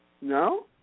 No